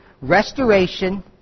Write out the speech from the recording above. restoration